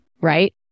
Right